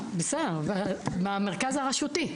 אז בסדר, מהמרכז הרשותי.